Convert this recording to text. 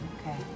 Okay